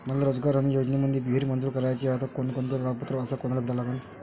मले रोजगार हमी योजनेमंदी विहीर मंजूर कराची हाये त कोनकोनते कागदपत्र अस कोनाले भेटा लागन?